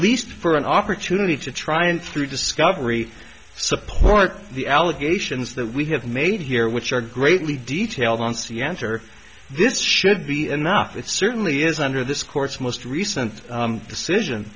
least for an opportunity to try and through discovery support the allegations that we have made here which are greatly detailed on c an't or this should be enough it certainly is under this court's most recent decision